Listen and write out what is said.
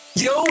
yo